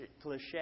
cliche